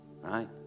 right